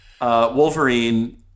Wolverine